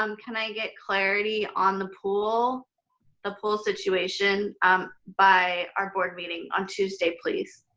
um can i get clarity on the pool the pool situation by our board meeting on tuesday, please?